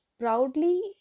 proudly